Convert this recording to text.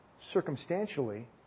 Circumstantially